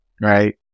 right